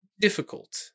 difficult